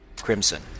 crimson